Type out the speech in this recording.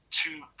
two